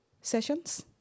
sessions